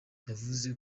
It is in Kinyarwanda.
yavuze